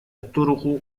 الطرق